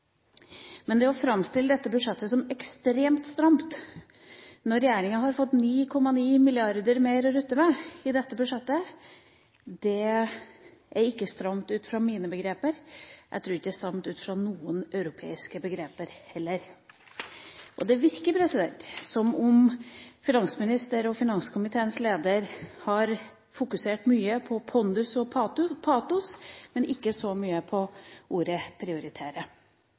Men det å framstille dette budsjettet som ekstremt stramt – når regjeringa har fått 9,9 mrd. kr mer å rutte med i dette budsjettet, er det ikke stramt ut fra mine begreper, og jeg tror ikke det er stramt ut fra noen europeiske begreper heller. Det virker som om finansministeren og finanskomiteens leder har fokusert mye på pondus og patos, men ikke så mye på ordet